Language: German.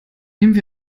nehmen